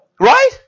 Right